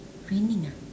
raining ah